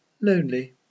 Lonely